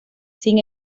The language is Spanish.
sin